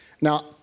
Now